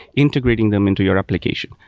integrating them into your application.